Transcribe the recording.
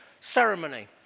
ceremony